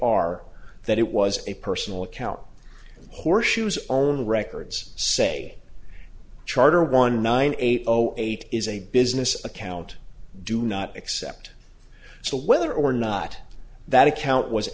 are that it was a personal account horseshoes own the records say charter one nine eight zero eight is a business account do not accept so whether or not that account was